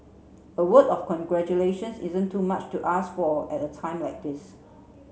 a word of congratulations isn't too much to ask for at a time like this